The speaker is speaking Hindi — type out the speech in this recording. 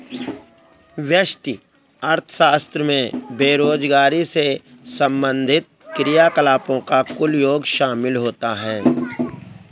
व्यष्टि अर्थशास्त्र में बेरोजगारी से संबंधित क्रियाकलापों का कुल योग शामिल होता है